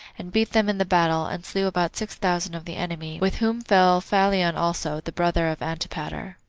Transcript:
and beat them in the battle, and slew about six thousand of the enemy, with whom fell phalion also, the brother of antipater.